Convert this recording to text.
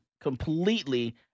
completely